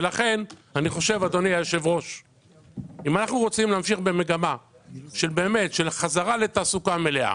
לכן אם אנחנו רוצים להמשיך במגמה של חזרה לתעסוקה מלאה